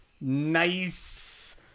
Nice